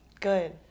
Good